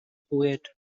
poet